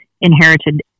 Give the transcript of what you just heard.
inherited